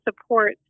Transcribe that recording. support